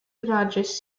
largest